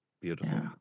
beautiful